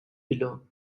below